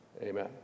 Amen